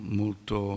molto